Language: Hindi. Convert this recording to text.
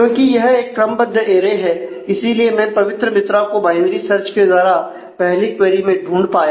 क्योंकि यह एक क्रमबद्ध ऐरे हैं इसीलिए मैं पवित्र मित्रा को बायनरी सर्च के द्वारा पहली क्वेरी में ढूंढ पाया